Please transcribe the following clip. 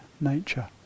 nature